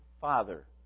Father